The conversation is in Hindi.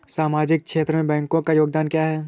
सामाजिक क्षेत्र में बैंकों का योगदान क्या है?